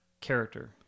character